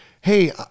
hey